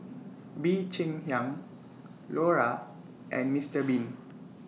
Bee Cheng Hiang Lora and Mister Bean